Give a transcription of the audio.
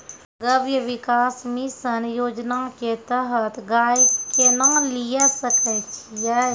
गव्य विकास मिसन योजना के तहत गाय केना लिये सकय छियै?